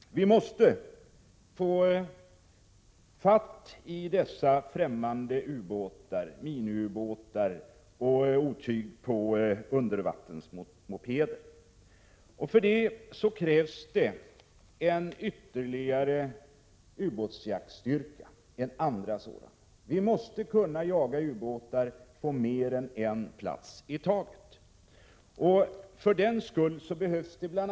Vi måste få fatt i dessa ffrämmande ubåtar, miniubåtar och ”undervattensmopeder”. För detta krävs bl.a. ytterligare en ubåtsjaktsstyrka. Vi måste kunna jaga ubåtar på mer än en plats i taget. För den skull behövs det bl.